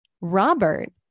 Robert